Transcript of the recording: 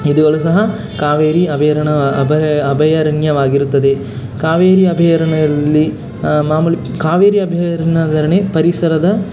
ಇವುಗಳು ಸಹ ಕಾವೇರಿ ಅಭಯಾರ ಅಭಯಾ ಅಭಯಾರಣ್ಯವಾಗಿರುತ್ತದೆ ಕಾವೇರಿ ಅಭಯಾರಣ್ಯದಲ್ಲಿ ಮಾಮೂಲಿ ಕಾವೇರಿ ಅಭಯಾರಣ್ಯದಲ್ಲೇ ಪರಿಸರದ